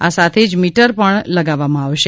આ સાથે જ મીટર પણ લગાવવામાં આવશે